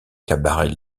cabaret